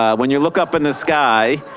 um when you look up in the sky